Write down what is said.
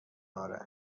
آره